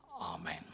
amen